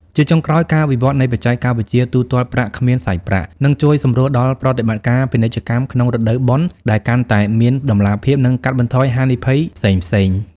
ជាចុងក្រោយ ការវិវឌ្ឍនៃបច្ចេកវិទ្យាទូទាត់ប្រាក់គ្មានសាច់ប្រាក់ នឹងជួយសម្រួលដល់ប្រតិបត្តិការពាណិជ្ជកម្មក្នុងរដូវបុណ្យឱ្យកាន់តែមានតម្លាភាព និងកាត់បន្ថយហានិភ័យផ្សេងៗ។